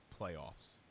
playoffs